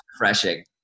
refreshing